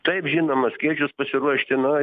taip žinoma skėčius pasiruošti na